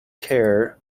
care